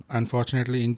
Unfortunately